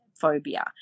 phobia